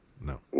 No